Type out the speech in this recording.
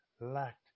lacked